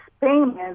payment